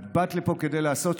את באת לפה כדי לעשות,